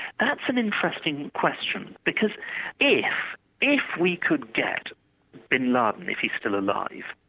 that's an interesting question, because if if we could get bin laden, if he's still alive,